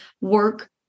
work